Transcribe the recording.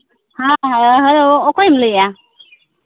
ᱦᱮᱸ ᱦᱮᱞᱳ ᱚᱠᱚᱭᱮᱢ ᱞᱟᱹᱭᱮᱜᱼᱟ